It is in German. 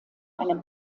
einem